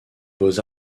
beaux